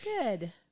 Good